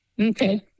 Okay